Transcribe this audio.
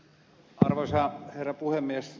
arvoisa herra puhemies